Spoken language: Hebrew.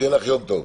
שיהיה לך יום טוב.